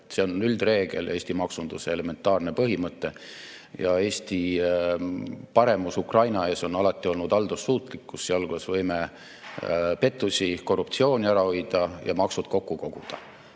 See on üldreegel, Eesti maksunduse elementaarne põhimõte. Ja Eesti paremus Ukraina ees on alati olnud haldussuutlikkus, sealhulgas võime pettusi ja korruptsiooni ära hoida ning maksud kokku koguda.